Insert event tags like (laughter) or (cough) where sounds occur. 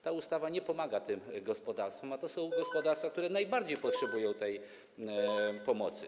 Ta ustawa nie pomaga tym gospodarstwom, a są to gospodarstwa, (noise) które najbardziej potrzebują pomocy.